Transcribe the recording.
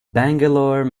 bangalore